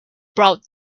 brought